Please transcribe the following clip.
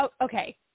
okay